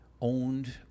owned